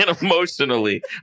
emotionally